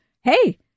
hey